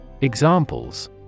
Examples